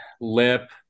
lip